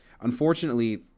unfortunately